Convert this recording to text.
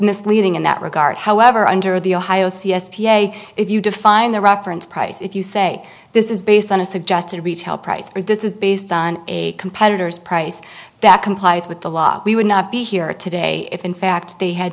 misleading in that regard however under the ohio c s p a if you define the reference price if you say this is based on a suggested retail price but this is based on a competitor's price that complies with the law we would not be here today if in fact they had